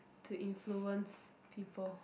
to influence people